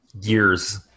years